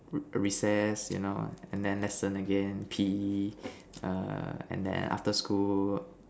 re~ recess you know and then lesson again P_E err and then after school